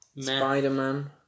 Spider-Man